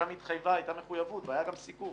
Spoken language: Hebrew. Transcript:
שם הייתה מחויבות והיה גם סיכום